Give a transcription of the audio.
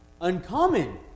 uncommon